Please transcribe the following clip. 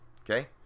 Okay